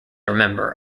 member